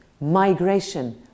migration